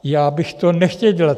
Já bych to nechtěl dělat.